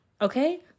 Okay